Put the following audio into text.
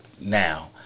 now